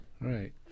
Right